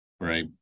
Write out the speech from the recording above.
Right